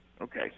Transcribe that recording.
okay